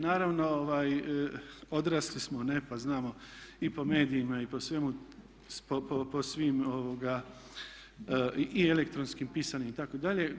Naravno, odrasli smo ne pa znamo i po medijima i po svim i elektronskim pisanim itd.